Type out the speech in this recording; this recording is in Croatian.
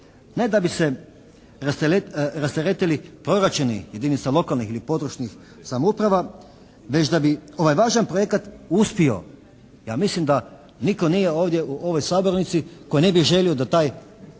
ne da bi se rasteretili jedinica lokalnih ili područnih samouprava već da bi ovaj važan projekat uspio. Ja mislim da nitko nije ovdje u ovoj sabornici koji ne bi želio da taj projekat